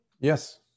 Yes